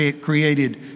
created